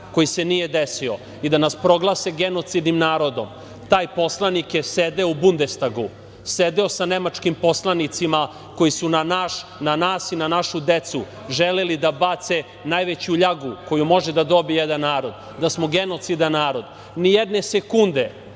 koji se nije desio i da nas proglase genocidnim narodom. Taj poslanik je sedeo u Bundestagu, sedeo sa nemačkim poslanicima koji su na nas i našu decu želeli da bace najveću ljagu koju može da dobije jedan narod, da smo genocidan narod. Nijedne sekunde